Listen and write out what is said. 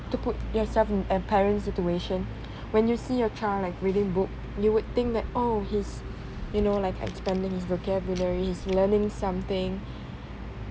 to put yourself in a parents situation when you see your child like reading books you would think that oh he's you know like expanding his vocabulary he's learning something